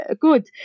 good